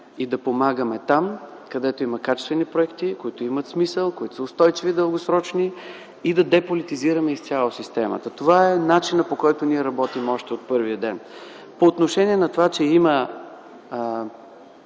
и помагаме там, където има качествени проекти, които имат смисъл, които са устойчиви в дългосрочен план и да деполитизираме изцяло системата. Това е начинът, по който ние работим още от първия ден. По отношение на това, че има